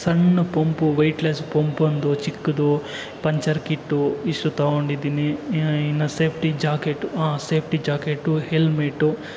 ಸಣ್ಣ ಪಂಪು ವೈಟ್ ಲೆಸ್ ಪಂಪೊಂದು ಚಿಕ್ಕದು ಪಂಚರ್ ಕಿಟ್ಟು ಇಷ್ಟು ತಗೊಂಡಿದ್ದೀನಿ ಇನ್ನು safety jacket safety jacket helmet